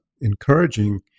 encouraging